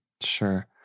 Sure